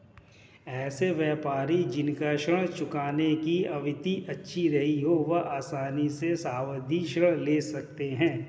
ऐसे व्यापारी जिन का ऋण चुकाने की आवृत्ति अच्छी रही हो वह आसानी से सावधि ऋण ले सकते हैं